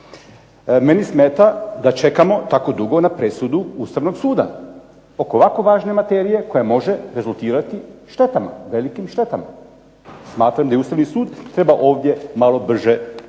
Meni smeta da čekamo tako dugo na presudu Ustavnog suda, oko ovako važne materije koja može rezultirati štetama, velikim štetama. Smatram da i Ustavni sud treba ovdje malo brže jasno